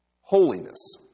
holiness